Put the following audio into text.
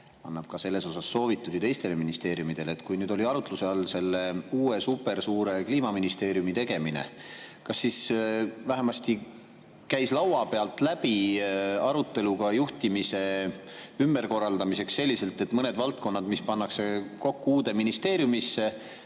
annab ka selle kohta soovitusi teistele ministeeriumidele. Kui nüüd oli arutluse all selle uue supersuure Kliimaministeeriumi tegemine, kas siis vähemasti käis laua pealt läbi arutelu ka juhtimise ümberkorraldamise üle selliselt, et mõned valdkonnad, mis pannakse kokku uude ministeeriumisse,